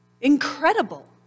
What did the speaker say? Incredible